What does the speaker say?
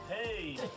Hey